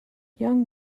young